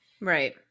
Right